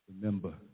remember